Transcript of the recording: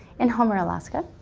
in homer, alaska.